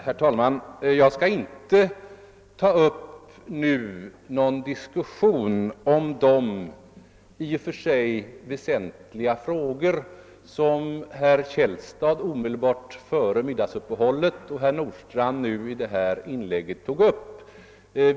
Herr talman! Jag skall inte ta upp någon diskussion om de i och för sig väsentliga frågor, som herr Källstad omedelbart före middagsuppehållet och herr Nordstrandh i det föregående inlägget tog upp.